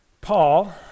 Paul